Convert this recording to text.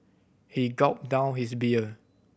he gulped down his beer